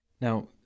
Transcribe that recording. Now